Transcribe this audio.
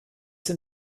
sind